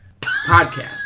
podcast